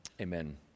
Amen